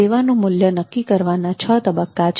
સેવાનું મૂલ્ય નક્કી કરવાના છ તબક્કા છે